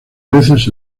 veces